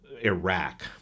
Iraq